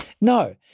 No